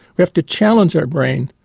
we have to challenge our brain.